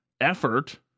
effort